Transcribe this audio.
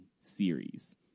series